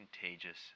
contagious